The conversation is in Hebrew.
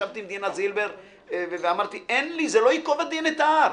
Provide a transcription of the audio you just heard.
ישבתי עם דינה זילבר ואמרתי: זה לא ייקוב הדין את ההר.